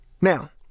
Now